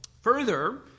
Further